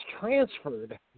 transferred